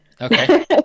Okay